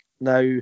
Now